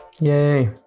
yay